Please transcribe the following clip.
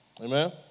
Amen